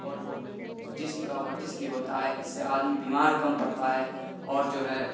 اور وہ جسم کا ورزش بھی ہوتا ہے اس سے آدمی بیمار کم پڑتا ہے اور جو ہے